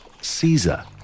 Caesar